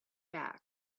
fact